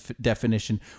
definition